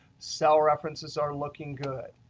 cell references are looking good.